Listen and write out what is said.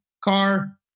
car